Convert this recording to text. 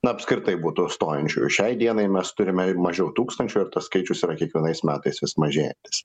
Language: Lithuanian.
na apskritai būtų stojančiųjų šiai dienai mes turime mažiau tūkstančio ir tas skaičius yra kiekvienais metais vis mažėjantis